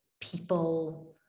people